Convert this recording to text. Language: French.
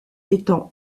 étant